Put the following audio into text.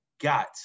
got